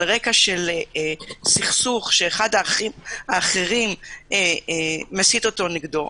רקע סכסוך שאחד האחים האחרים מסית אותו נגדו,